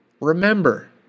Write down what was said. Remember